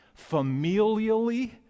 familially